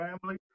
family